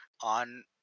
on